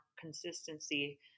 consistency